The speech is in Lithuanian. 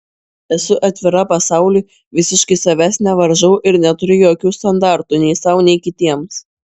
esu atvira pasauliui visiškai savęs nevaržau ir neturiu jokių standartų nei sau nei kitiems